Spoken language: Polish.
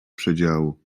przedziału